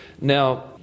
Now